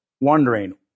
wondering